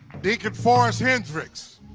deacon forrest hendrix